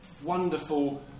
Wonderful